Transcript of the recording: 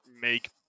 make